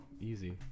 easy